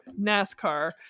nascar